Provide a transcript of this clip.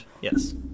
yes